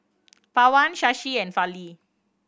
Pawan Shashi and Fali